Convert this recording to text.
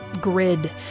grid